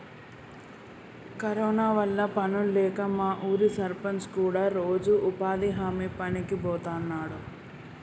corona వల్ల పనుల్లేక మా ఊరి సర్పంచ్ కూడా రోజూ ఉపాధి హామీ పనికి బోతన్నాడు